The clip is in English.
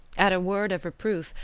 at a word of reproof,